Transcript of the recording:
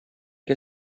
què